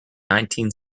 nineteen